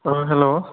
hello